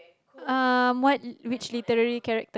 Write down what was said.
um what which literary character